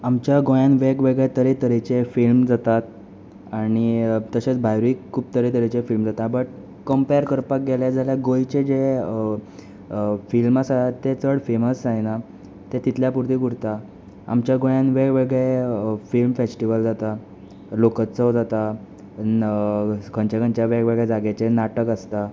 आमच्या गोंयांत वेगळ्या वेगळ्या तरे तरेचे फिल्म जातात आनी तशेंच भायरूय खूब तरेतरेचे फिल्म जाता आनी कंम्पॅर करपाक गेल्यार गोंयचे जे फिल्म आसा ते चड फेमस जायना ते तितल्या पुर्ती उरता आमच्या गोंयांत वेगवेगळे फिल्म फेस्टिवल जाता लोकोत्सव जाता खंयच्या खंयच्या वेग वेगळ्या जाग्यांचेक नाटक आसता